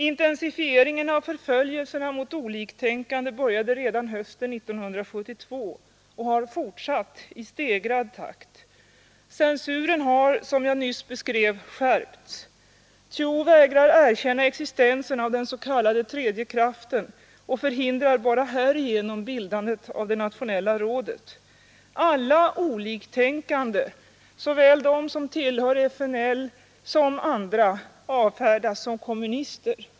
Intensifieringen av förföljelserna mot oliktänkande började redan hösten 1972 och har fortsatt i stegrad takt. Censuren har, som jag nyss beskrev, skärpts. Thieu vägrar erkänna existensen av den s.k. tredje kraften och förhindrar enbart härigenom bildandet av det nationella rådet. Alla oliktänkande, såväl de som tillhör FNL som andra, avfärdas som kommunister.